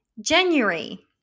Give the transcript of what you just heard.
January